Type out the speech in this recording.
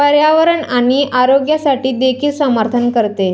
पर्यावरण आणि आरोग्यासाठी देखील समर्थन करते